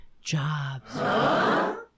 jobs